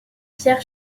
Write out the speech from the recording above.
pierre